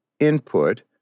input